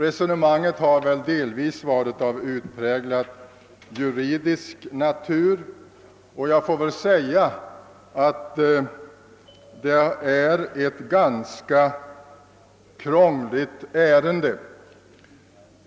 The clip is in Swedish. Resonemanget har väl delvis varit av utpräglat juridisk natur. Jag kan också säga att detta ärende är ganska krångligt.